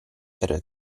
per